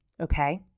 Okay